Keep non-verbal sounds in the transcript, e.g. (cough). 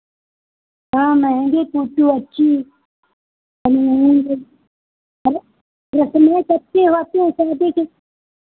हाँ महंगी फोटो अच्छी (unintelligible) अरे रस्में कितनी होती हैं शादी की